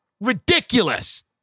ridiculous